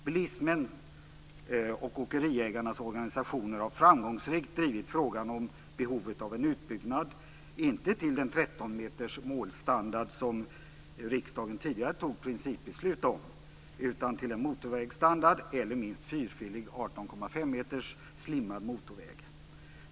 Bilisternas och åkeriägarnas organisationer har framgångsrikt drivit frågan om behovet av en utbyggnad, inte till den 13 meters målstandard som riksdagen tidigare fattade principbeslut om, utan till en motorvägsstandard eller minst fyrfilig 18,5 meters "slimmad" motorväg.